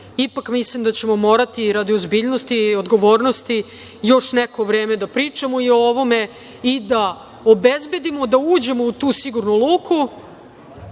ipak mislim da ćemo morati radi ozbiljnosti i odgovornosti još neko vreme da pričamo i o ovome i da obezbedimo da uđemo u tu sigurnu luku,